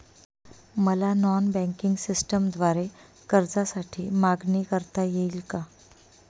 मला non banking सिस्टमद्वारे कर्जासाठी मागणी करता येईल का?